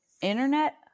Internet